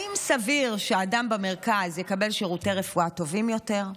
האם סביר שאדם במרכז יקבל שירותי רפואה טובים יותר?